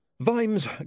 Vimes